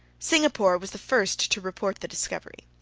singapore was the first to report the discovery.